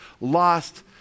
lost